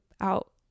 out